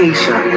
Asia